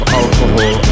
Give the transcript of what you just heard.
alcohol